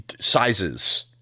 sizes